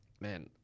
man